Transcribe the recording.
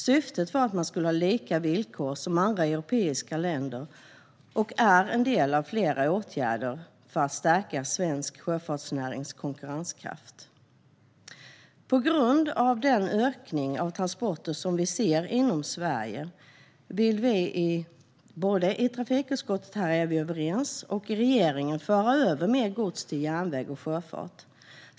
Syftet var att man skulle ha lika villkor som andra europeiska länder, och tonnageskatten är en del av flera åtgärder för att stärka svensk sjöfartsnärings konkurrenskraft. På grund av ökningen av transporter inom Sverige vill vi i både trafikutskottet och regeringen föra över mer gods till järnväg och sjöfart.